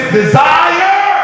desire